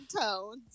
tones